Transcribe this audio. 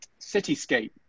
Cityscape